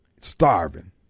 Starving